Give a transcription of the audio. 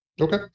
Okay